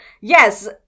Yes